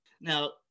Now